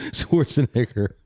Schwarzenegger